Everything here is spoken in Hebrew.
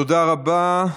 תודה רבה.